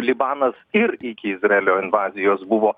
libanas ir iki izraelio invazijos buvo